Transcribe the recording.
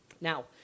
Now